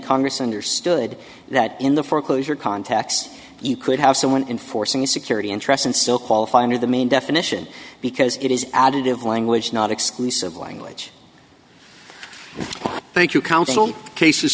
congress understood that in the foreclosure context you could have someone in forcing security interest and still qualify under the main definition because it is additive language not exclusive language thank you counted all cases